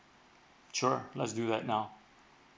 sure let's do that now